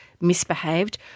misbehaved